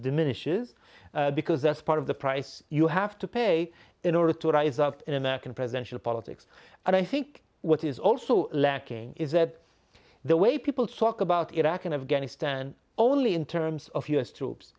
diminishes because that's part of the price you have to pay in order to rise up in american presidential politics and i think what is also lacking is that the way people talk about iraq and afghanistan only in terms of u s troops